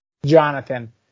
Jonathan